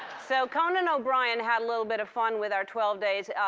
so, conan o'brien had a little bit of fun with our twelve days,